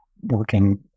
working